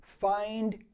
find